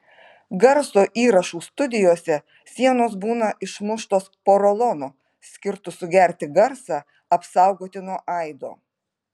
garso įrašų studijose sienos būna išmuštos porolonu skirtu sugerti garsą apsaugoti nuo aido